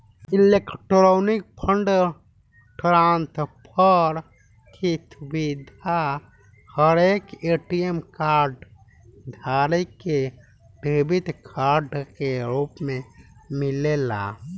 electronic fund transfer के सुविधा हरेक ए.टी.एम कार्ड धारी के डेबिट कार्ड के रूप में मिलेला